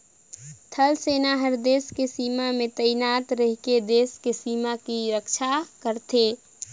थल सेना हर देस के सीमा में तइनात रहिके देस के सीमा के रक्छा करथे